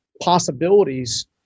possibilities